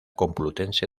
complutense